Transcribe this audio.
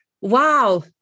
wow